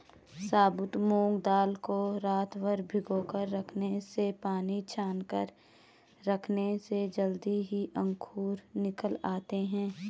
साबुत मूंग दाल को रातभर भिगोकर रखने से पानी छानकर रखने से जल्दी ही अंकुर निकल आते है